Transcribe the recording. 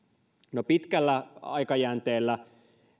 no pitkällä aikajänteellä